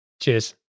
Cheers